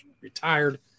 retired